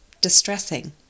Distressing